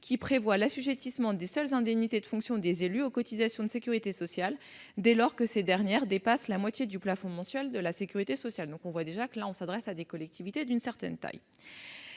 qui prévoit l'assujettissement des seules indemnités de fonction des élus aux cotisations de sécurité sociale dès lors que ces dernières dépassent la moitié du plafond mensuel de la sécurité sociale. » On comprend là qu'il s'agit de collectivités d'une certaine taille.